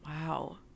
Wow